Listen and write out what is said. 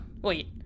wait